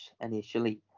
initially